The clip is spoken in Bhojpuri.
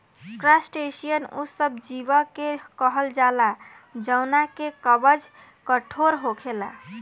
क्रासटेशियन उ सब जीव के कहल जाला जवना के कवच कठोर होखेला